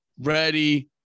ready